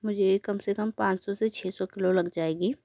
मुझे कम से कम पाँच सौ से छ सौ किलो लग जाएगी